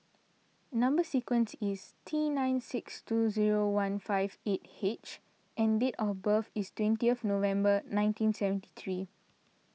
Number Sequence is T nine six two zero one five eight H and date of birth is twentieth November nineteen seventy three